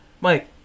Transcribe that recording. mike